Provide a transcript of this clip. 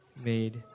made